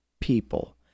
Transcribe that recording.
people